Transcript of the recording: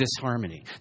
disharmony